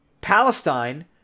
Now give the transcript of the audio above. Palestine